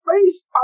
face